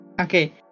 okay